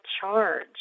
charge